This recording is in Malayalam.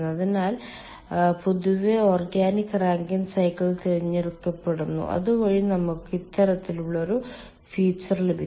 അതിനാൽ പൊതുവെ ഓർഗാനിക് റാങ്കിൻ സൈക്കിളുകൾ തിരഞ്ഞെടുക്കപ്പെടുന്നു അതുവഴി നമുക്ക് ഇത്തരത്തിലുള്ള ഒരു ഫീച്ചർ ലഭിക്കും